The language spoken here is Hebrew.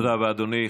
תודה רבה, אדוני.